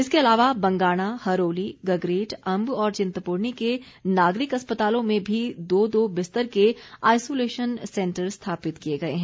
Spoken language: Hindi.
इसके अलावा बंगाणा हरोली गगरेट अम्ब और चिंतपूर्णी के नागरिक अस्पतालों में भी दो दो बिस्तर के आइसोलेशन सैंटर स्थापित किए गए हैं